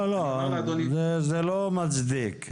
לא, זה לא מצדיק.